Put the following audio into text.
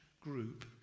group